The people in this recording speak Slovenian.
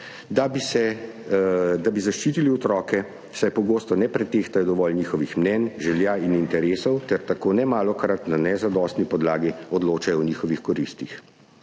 da bi zaščitile otroke, saj pogosto ne pretehtajo dovolj njihovih mnenj, želja in interesov ter tako nemalokrat na nezadostni podlagi odločajo o njihovih koristih.